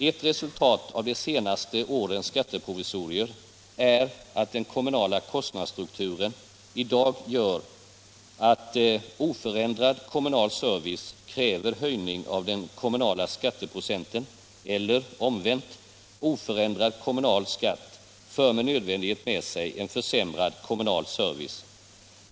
Ett resultat av de senaste årens skatteprovisorier är att den kommunala kostnadsstrukturen i dag gör att oförändrad kommunal service kräver höjning av den kommunala skatteprocenten eller —- omvänt — oförändrad kommunalskatt för med nödvändighet med sig en försämrad kommunal service.